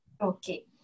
Okay